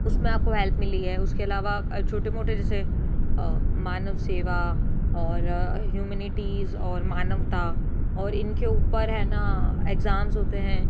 उसमें आपको हेल्प मिली है उसके अलावा छोटे मोटे जैसे मानव सेवा और हयूमैनिटीज़ और मानवता और इनके ऊपर है ना एग्ज़ाम्ज़ होते हैं